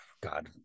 God